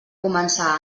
començar